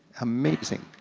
amazing,